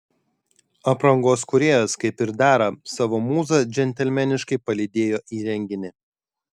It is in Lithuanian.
aprangos kūrėjas kaip ir dera savo mūzą džentelmeniškai palydėjo į renginį